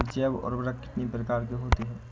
जैव उर्वरक कितनी प्रकार के होते हैं?